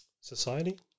society